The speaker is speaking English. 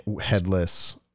headless